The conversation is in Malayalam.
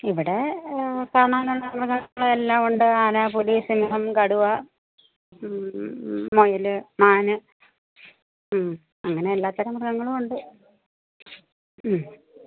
ഇവിടെ കാണാനുള്ള മൃഗങ്ങൾ എല്ലാം ഉണ്ട് ആന പുലി സിംഹം കടുവ മുയൽ മാൻ ഉം അങ്ങനെ എല്ലാ തരം മൃഗങ്ങളും ഉണ്ട് ഉം